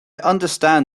understand